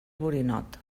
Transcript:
borinot